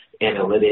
analytics